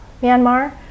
Myanmar